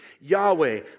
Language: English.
Yahweh